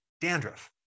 dandruff